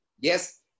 Yes